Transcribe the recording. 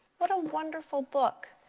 what a wonderful book.